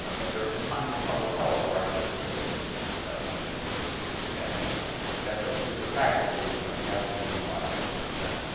you know but there have been times in public health where i could have said the same thing about some things that are bad, right? so that's ah just a factual statement that we haven't seen a lot of evidence of that.